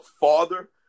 father